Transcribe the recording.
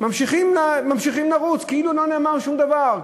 ממשיכים לרוץ, כאילו לא נאמר שום דבר.